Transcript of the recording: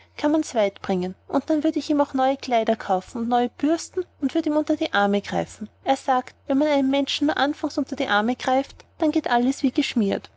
kann man's weit bringen und dann würde ich ihm auch neue kleider kaufen und neue bürsten und würde ihm unter die arme greifen er sagt wenn man einem menschen nur anfangs unter die arme greift dann geht alles wie geschmiert